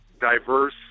diverse